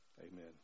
amen